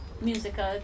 musical